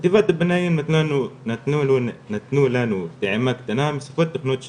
בחטיבת הביניים נתנו לנו טעימה קטנה משפות טכנולוגיות שונות,